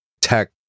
tech